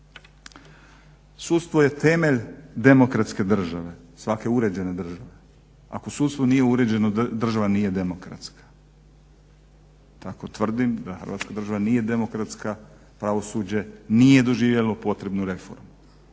Sudstvo je temelj demokratske države, svake uređene države. Ako sudstvo nije uređeno, država nije demokratska. Tako tvrdim da Hrvatska država nije demokratska, pravosuđe nije doživjelo potrebnu reformu.